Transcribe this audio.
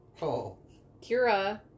Kira